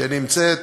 שנמצאת